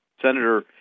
Senator